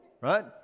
right